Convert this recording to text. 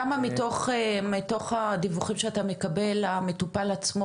כמה מתוך הדיווחים שאתה מקבל המטופל עצמו